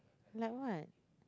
like what